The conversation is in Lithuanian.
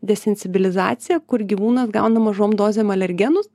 desensibilizacija kur gyvūnas gauna mažom dozėm alergenus